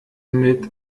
mit